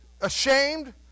ashamed